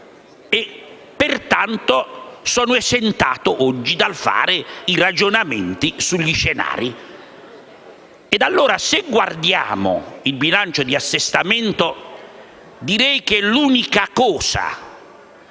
Pertanto sono esentato oggi dal fare i ragionamenti sugli scenari. Se guardiamo allora il bilancio di Assestamento, direi che l'unica cosa